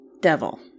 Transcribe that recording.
devil